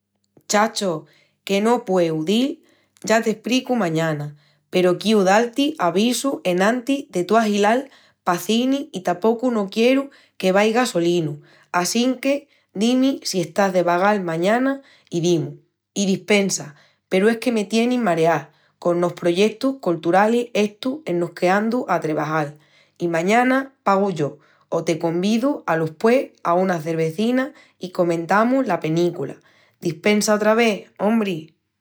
Chacho, que no pueu dil, ya t'espricu mañana peru quiu dal-ti avisu enantis de tú ahilal pal cini i tapocu no quieru que vaigas solinu assinque di-mi si estás de vagal amañana i dimus. I dispensa peru es que me tienin mareá conos proyeutus colturalis estus enos que andu a trebajal. I amañana pagu yo o te convidu aluspués a una cervezina i comentamus la penícula. Dispensa otra vés, ombri!